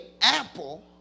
apple